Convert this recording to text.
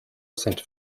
centre